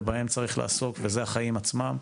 ובהם צריך לעסוק, וזה החיים עצמם.